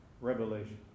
Revelation